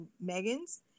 Megan's